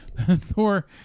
Thor